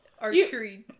Archery